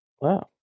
Wow